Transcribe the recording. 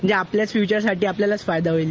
म्हणजे आपल्या फ्युचरसाठी आपल्यालाच फायदा होईल